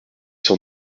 cent